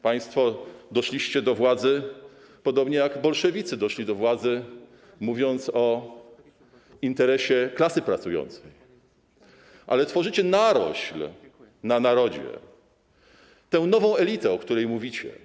Państwo doszliście do władzy, podobnie jak bolszewicy doszli do władzy, mówiąc o interesie klasy pracującej, ale tworzycie narośl na narodzie, tę nową elitę, o której mówicie.